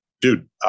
Dude